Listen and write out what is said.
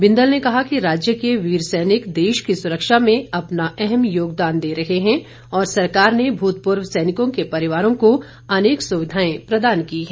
बिंदल ने कहा कि राज्य के वीर सैनिक देश की सुरक्षा में अपना अहम योगदान दे रहे हैं और सरकार ने भूतपूर्व सैनिकों के परिवारों को अनेक सुविधाएं प्रदान की हैं